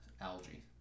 algae